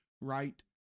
right